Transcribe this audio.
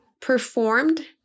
performed